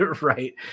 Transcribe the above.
right